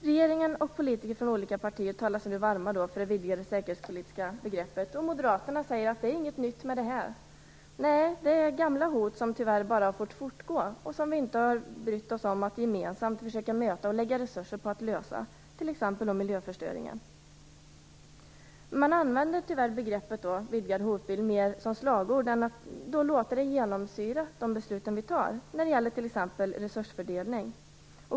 Regeringen och politiker från olika partier talar sig nu varma för det vidgade säkerhetspolitiska begreppet, och moderaterna säger att det inte är något nytt med det här. Nej, det är gamla hot som tyvärr har fått fortgå och som vi inte har brytt oss om att gemensamt försöka möta och lägga resurser på att lösa, t.ex. miljöförstöringen. Man använder tyvärr begreppet "vidgad hotbild" mer som slagord än att man låter det genomsyra de beslut vi fattar, t.ex. när det gäller resursfördelning.